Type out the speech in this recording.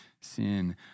sin